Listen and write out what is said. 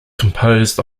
composed